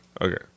Okay